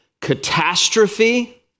Catastrophe